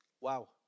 Wow